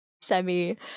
semi